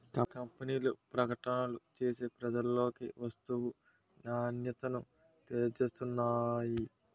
కంపెనీలు ప్రకటనలు చేసి ప్రజలలోకి వస్తువు నాణ్యతను తెలియజేస్తున్నాయి